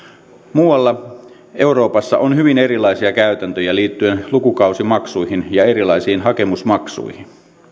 muualla euroopassa on hyvin erilaisia käytäntöjä liittyen lukukausimaksuihin ja erilaisiin hakemusmaksuihin